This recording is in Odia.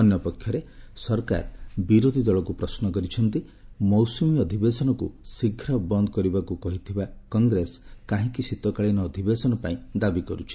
ଅନ୍ୟପକ୍ଷରେ ସରକାର ବିରୋଧୀ ଦଳକୁ ପ୍ରଶ୍ନ କରିଛନ୍ତି ମୌସୁମୀ ଅଧିବେଶନକୁ ଶୀଘ୍ର ବନ୍ଦ୍ କରିବାକ୍ କହିଥିବା କଂଗ୍ରେସ କାହିଁକି ଶୀତକାଳୀନ ଅଧିବେଶନ ପାଇଁ ଦାବି କର୍ରଛି